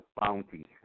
bounty